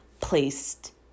placed